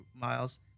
Miles